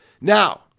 Now